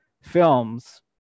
Films